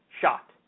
shot